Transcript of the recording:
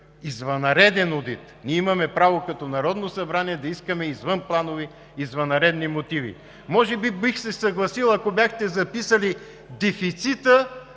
извънреден одит. Ние имаме право като Народно събрание да искаме извънпланови, извънредни одити. Може би бих се съгласил, ако бяхте записали дефицита,